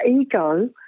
ego